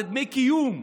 זה דמי קיום,